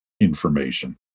information